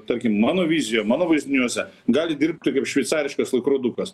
tarkim mano vizija mano vaizdiniuose gali dirbti kaip šveicariškas laikrodukas